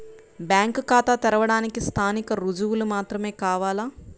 Bank ఖాతా తెరవడానికి స్థానిక రుజువులు మాత్రమే కావాలా?